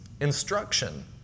instruction